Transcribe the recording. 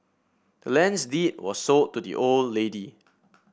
the land's deed was sold to the old lady